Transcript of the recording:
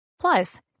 Plus